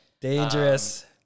Dangerous